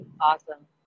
awesome